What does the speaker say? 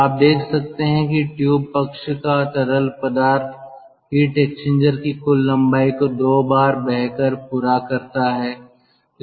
तो आप देख सकते हैं कि ट्यूब पक्ष का तरल पदार्थ हीट एक्सचेंजर की कुल लंबाई को 2 बार बहकर पूरा करता है